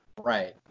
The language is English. Right